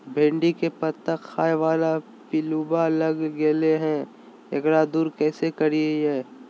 भिंडी के पत्ता खाए बाला पिलुवा लग गेलै हैं, एकरा दूर कैसे करियय?